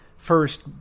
first